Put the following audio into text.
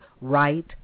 right